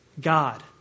God